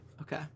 Okay